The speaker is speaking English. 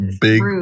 big